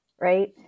right